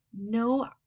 no